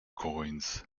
coins